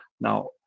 Now